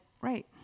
right